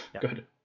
Good